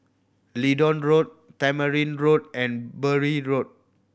Leedon Road Tamarind Road and Bury Road